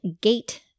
gate